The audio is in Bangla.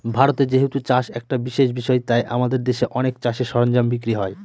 ভারতে যেহেতু চাষ একটা বিশেষ বিষয় তাই আমাদের দেশে অনেক চাষের সরঞ্জাম বিক্রি হয়